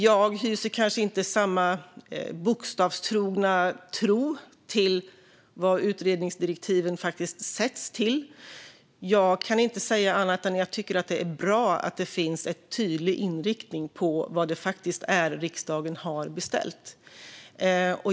Jag hyser kanske inte samma bokstavstrogna tro till vad utredningsdirektiven fastställs till. Jag tycker att det är bra att det finns en tydlig inriktning för vad riksdagen har beställt.